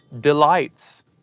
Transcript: delights